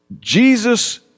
Jesus